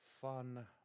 fun